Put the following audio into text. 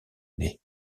nés